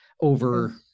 over